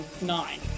nine